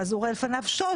ואז הוא רואה לפניו שוד,